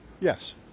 Yes